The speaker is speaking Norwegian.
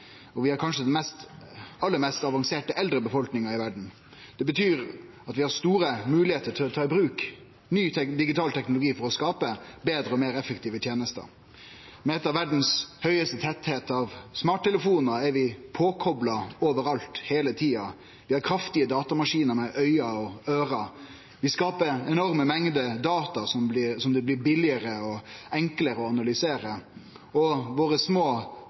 i verda og kanskje har den aller mest avanserte eldre befolkninga i verda. Det betyr at vi har store moglegheiter til å ta i bruk ny digital teknologi for å skape betre og meir effektive tenester. Ved å vere blant dei som har flest smarttelefonar i verda, er vi kopla på overalt, heile tida. Vi har kraftige datamaskinar med auge og øyre. Vi skaper enorme mengder data som det blir billigare og enklare å analysere, og våre små